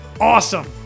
awesome